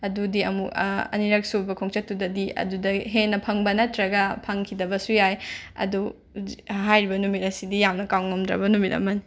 ꯑꯗꯨꯗꯤ ꯑꯃꯨꯛ ꯑꯅꯤꯔꯛꯁꯨꯕ ꯈꯣꯡꯆꯠꯇꯨꯗꯗꯤ ꯑꯗꯨꯗꯩ ꯍꯦꯟꯅ ꯐꯪꯕ ꯅꯇ꯭ꯔꯒ ꯐꯪꯈꯤꯗꯕꯁꯨ ꯌꯥꯏ ꯑꯗꯨ ꯍꯥꯏꯔꯤꯕ ꯅꯨꯃꯤꯠ ꯑꯁꯤꯗꯤ ꯌꯥꯝꯅ ꯀꯥꯎꯉꯝꯗ꯭ꯔꯕ ꯅꯨꯃꯤꯠ ꯑꯃꯅꯤ